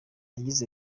yagize